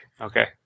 Okay